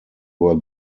were